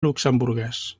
luxemburguès